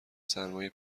سرمای